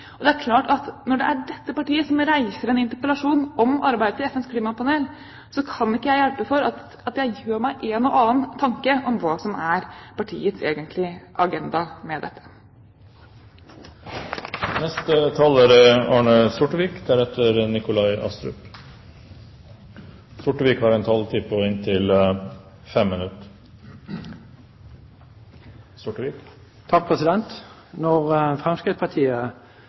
Det er klart at når det er dette partiet som reiser en interpellasjon om arbeidet til FNs klimapanel, kan jeg ikke hjelpe for at jeg gjør meg en og annen tanke om hva som er partiets egentlige agenda. Når Fremskrittspartiet reiser debatter som denne, er vi på ingen måte alene. Det er en